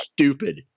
stupid